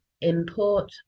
import